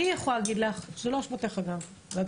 זה לא אשמתך, אגב.